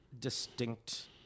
distinct